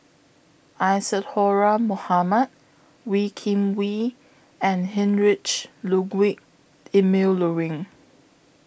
Isadhora Mohamed Wee Kim Wee and Heinrich Ludwig Emil Luering